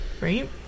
Right